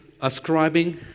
ascribing